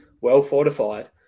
well-fortified